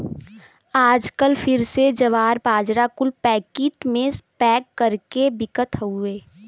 आजकल फिर से जवार, बाजरा कुल पैकिट मे पैक कर के बिकत हउए